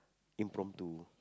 impromptu